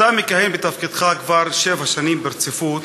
אתה מכהן בתפקידך כבר שבע שנים ברציפות.